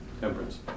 Temperance